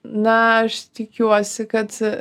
na aš tikiuosi kad